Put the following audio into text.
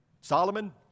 Solomon